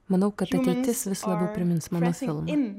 manau kad ateitis vis labiau primins mano filmą